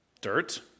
dirt